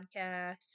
podcast